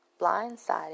blindsided